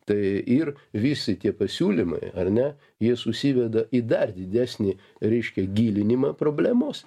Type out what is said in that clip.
tai ir visi tie pasiūlymai ar ne jie susiveda į dar didesnį reiškia gilinimą problemos